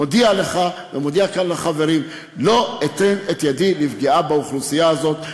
מודיע לך ומודיע כאן לחברים: לא אתן את ידי לפגיעה באוכלוסייה הזאת,